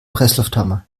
presslufthammer